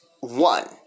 one